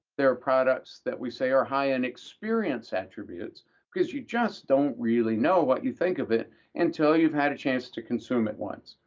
there are products that we say are high in experience attributes because you just don't really know what you think of it until you've had a chance to consume it once.